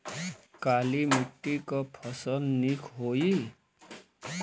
काली मिट्टी क फसल नीक होई?